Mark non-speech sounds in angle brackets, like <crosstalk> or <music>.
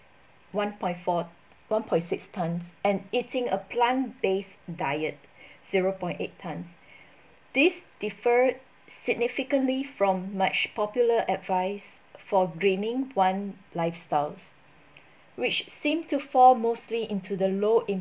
one point four one point six tonnes and eating a plant based diet <breath> zero point eight tonnes <breath> this differed significantly from much popular advice for greening one lifestyles which seem to fall mostly into the low